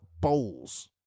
bowls